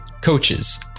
Coaches